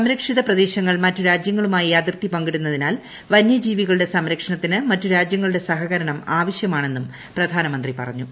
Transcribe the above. സംരക്ഷിത പ്രദേശങ്ങൾ മറ്റു രാജ്യങ്ങളുമായി അതിർത്തി പങ്കിടുന്നതിനാൽ വന്യജീവികളുടെ സംരക്ഷണത്തിന് മറ്റുരാജ്യങ്ങളുടെ സഹകരണം ആവശ്യമാണെന്നും പ്രധാനമന്ത്രി പറഞ്ഞു